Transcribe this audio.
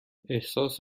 احساس